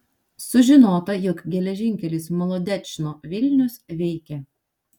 sužinota jog geležinkelis molodečno vilnius veikia